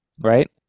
right